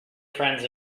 friends